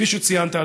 כפי שציינת,